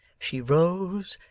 she rose,